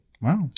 Wow